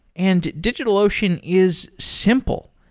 and digitalocean is simple.